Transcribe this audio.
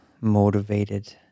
motivated